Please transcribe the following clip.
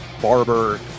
barber